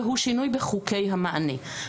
והוא שינוי בחוקי המענה,